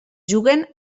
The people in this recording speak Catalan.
juguen